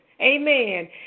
amen